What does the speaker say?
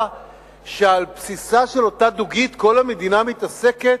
שעל בסיסה של אותה דוגית כל המדינה מתעסקת,